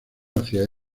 hacia